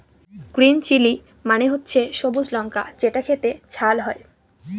green chilli মানে হচ্ছে সবুজ লঙ্কা যেটা খেতে ঝাল হয়